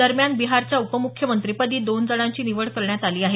दरम्यान बिहारच्या उपमुख्यमंत्रीपदी दोन जणांची निवड करण्यात आली आहे